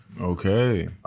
Okay